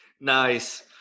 Nice